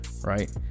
right